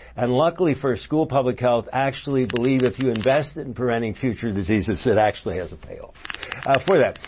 and luckily, for school public health, actually believe if you invest that in preventing future diseases, it actually has a payoff for that.